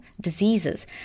diseases